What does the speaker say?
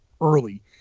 early